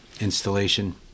installation